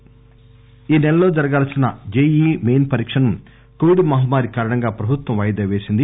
L JEE ఈ నెలలో జరగాల్సిన జేఈఈ మెయిన్ పరీక్ష ను కోవిడ్ మహమ్మారి కారణంగా ప్రభుత్వం వాయిదా వేసింది